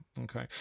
Okay